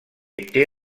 été